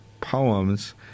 poems